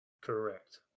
Correct